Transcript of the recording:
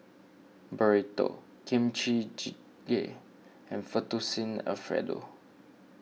Burrito Kimchi Jjigae and Fettuccine Alfredo